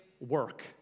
work